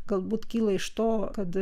galbūt kyla iš to kad